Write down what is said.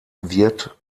wirt